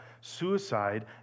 suicide